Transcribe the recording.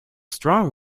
strong